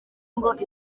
ngo